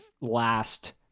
last